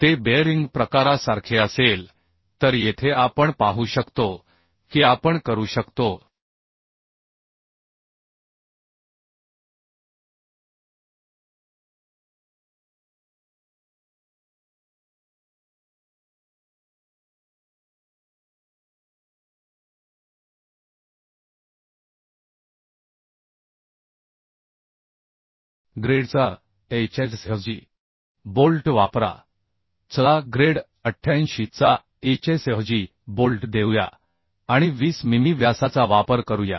ते बेअरिंग प्रकारासारखे असेल तर येथे आपण पाहू शकतो की आपण HSFG बोल्ट वापरू शकतो चला ग्रेड 88 चा HSFG बोल्ट देऊया आणि 20 मिमी व्यासाचा वापर करूया